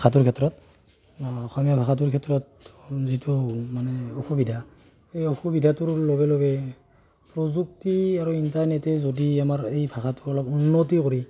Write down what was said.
ভাষাটোৰ ক্ষেত্ৰত অসমীয়া ভাষাটোৰ ক্ষেত্ৰত যিটো মানে অসুবিধা সেই অসুবিধাটোৰ লগে লগে প্ৰযুক্তি আৰু ইণ্টাৰনেটে যদি আমাৰ এই ভাষাটো অলপ উন্নতি কৰি